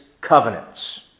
covenants